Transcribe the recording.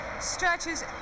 stretches